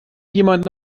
jemand